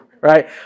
right